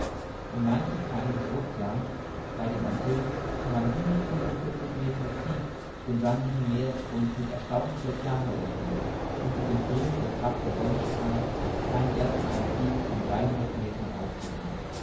in manchen theilen des oceans bei den antillen kann man hundertfünfundvierzig meter tief den sandigen meeresgrund mit erstaunlicher klarheit erkennen und die durchdringende kraft der sonnenstrahlen scheint erst in einer tiefe von dreihundert meter aufzuhören